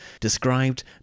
described